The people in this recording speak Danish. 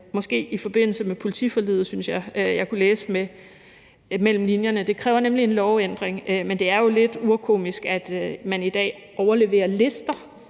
det i forbindelse med politiforliget, synes jeg at jeg kunne læse mellem linjerne. Det kræver nemlig en lovændring, men det er jo lidt urkomisk, at man i dag overleverer lister,